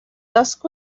dusk